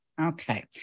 Okay